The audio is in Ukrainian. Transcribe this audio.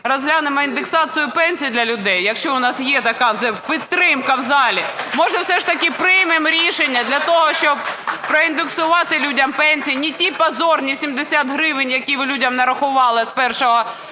розглянемо індексацію пенсій для людей, якщо у нас є така підтримка в залі? Може, все ж таки приймемо рішення для того, щоб проіндексувати людям пенсії? Не ті позорні 70 гривень, які ви людям нарахували з 1